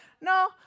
no